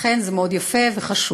לכן זה מאוד יפה וחשוב.